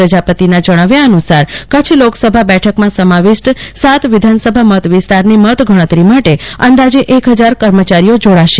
પ્રજાપતિનાં જણાવ્યા અનુસાર કચ્છ લોકસભા બેઠકમાં સમાવિષ્ઠ સાત વિધાન સભા મત વિસ્તારની મત ગણતરી માટે અંદાજે એક હજાર કર્મચારીઓ જોડાશે